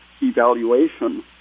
evaluation